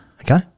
Okay